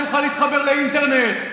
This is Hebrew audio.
שהוא יוכל להתחבר לאינטרנט,